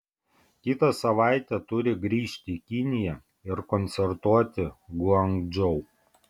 kitą savaitę turi grįžti į kiniją ir koncertuoti guangdžou